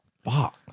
Fuck